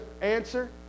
answer